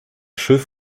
schiff